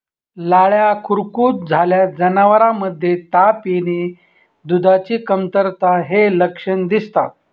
लाळ्या खुरकूत झाल्यास जनावरांमध्ये ताप येणे, दुधाची कमतरता हे लक्षण दिसतात